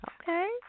Okay